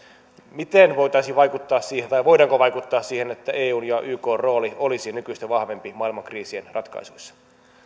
miten voitaisiin vaikuttaa siihen tai voidaanko vaikuttaa siihen että eun ja ykn roolit olisivat nykyistä vahvempia maailman kriisien ratkaisuissa